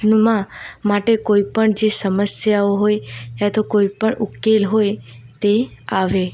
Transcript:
માં માટે કોઈપણ જે સમસ્યાઓ હોય યા તો કોઈપણ ઉકેલ હોય તે આવે